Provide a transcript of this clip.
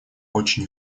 очень